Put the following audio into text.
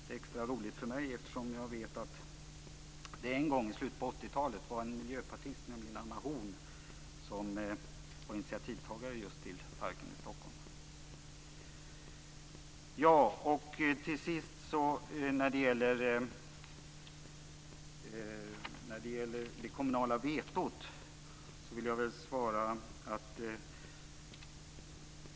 Det är extra roligt för mig eftersom jag vet att det en gång i slutet av 80-talet var en miljöpartist, nämligen Anna Horn, som var initiativtagare till parken i Stockholm. Till sist det kommunala vetot.